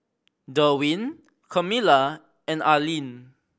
Derwin Camila and Arlene